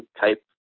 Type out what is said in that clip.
type